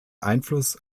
einfluss